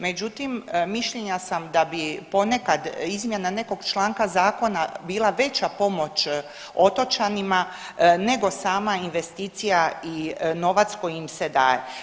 Međutim, mišljenja sam da bi ponekad izmjena nekog članka zakona bila veća pomoć otočanima nego sama investicija i novac koji im se daje.